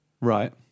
Right